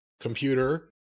computer